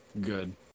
Good